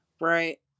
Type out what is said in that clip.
right